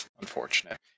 Unfortunate